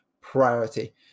priority